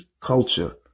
culture